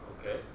Okay